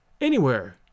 anywhere